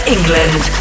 England